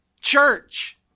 Church